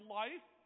life